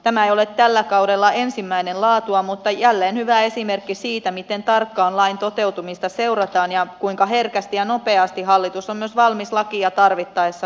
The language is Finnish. tämä ei ole tällä kaudella ensimmäinen laatuaan mutta jälleen hyvä esimerkki siitä miten tarkkaan lain toteutumista seurataan ja kuinka herkästi ja nopeasti hallitus on myös valmis lakia tarvittaessa korjaamaan